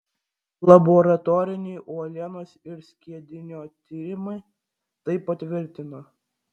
laboratoriniai uolienos ir skiedinio tyrimai tai patvirtino